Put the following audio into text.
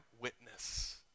witness